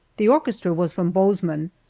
the orchestra was from bozeman,